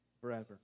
forever